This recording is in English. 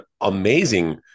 amazing